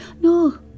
No